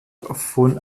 von